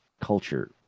culture